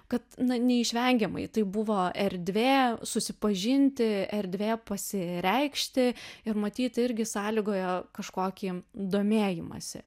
kad neišvengiamai tai buvo erdvė susipažinti erdvė pasireikšti ir matyt irgi sąlygojo kažkokį domėjimąsi